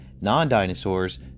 non-dinosaurs